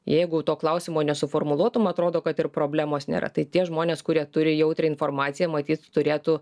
jeigu to klausimo nesuformuluotum atrodo kad ir problemos nėra tai tie žmonės kurie turi jautrią informaciją matyt turėtų